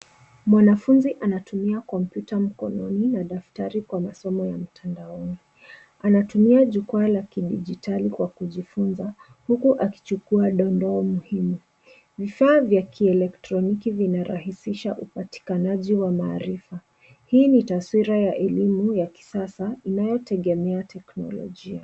Mwanafunzi anatumia kompyuta mkononi na daftari kwa masomo ya mtandaoni. Anatumia jukwaa la kidigitali kwa kujifunza huku akichukua dondoo muhimu. Vifaa vya kielktroniki vinarahisisha upatakanaji wa maarifa. Hii ni taswira ya elimu ya kisasa inayotegemea teknolojia.